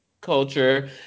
culture